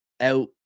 out